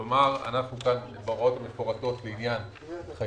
כלומר אנחנו כאן בהוראות המפורטות לעניין התחייבויות,